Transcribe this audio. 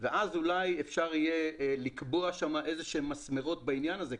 אולי אפשר יהיה לקבוע שם איזה שהם מסמרות בעניין הזה.